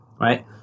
right